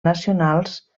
nacionals